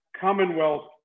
Commonwealth